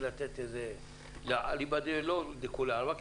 לא אליבא דכולי עלמא,